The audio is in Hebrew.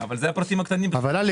באישור ועדת הכספים של הכנסת, רשאי